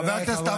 חבריי חברי הכנסת.